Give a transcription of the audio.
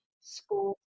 school